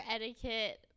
etiquette